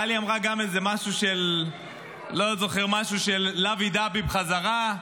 טלי אמרה גם איזה משהו של לאבי-דאבי בחזרה.